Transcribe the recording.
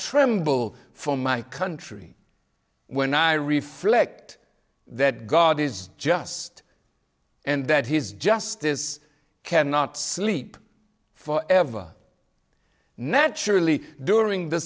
tremble for my country when i reflect that god is just and that his justice cannot sleep for ever naturally during the